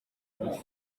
gusa